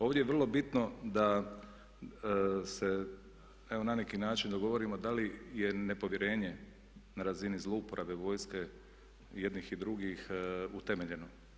Ovdje je vrlo bitno da se evo na neki način dogovorimo da li je nepovjerenje na razini zlouporabe vojske jednih i drugih utemeljeno.